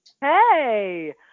Hey